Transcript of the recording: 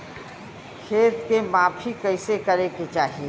खेत के माफ़ी कईसे करें के चाही?